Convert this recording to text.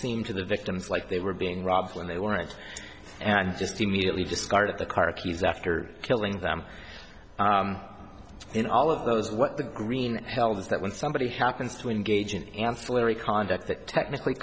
seem to the victims like they were being robbed when they weren't and just immediately discarded the car keys after killing them in all of those what the green held is that when somebody happens to engage in ancillary conduct that technically